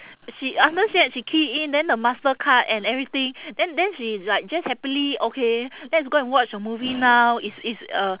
she after that she key in then the Mastercard and everything then then she is like just happily okay let's go and watch a movie now it's it's uh